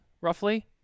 roughly